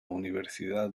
universidad